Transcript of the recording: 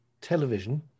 Television